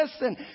listen